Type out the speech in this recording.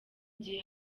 gihe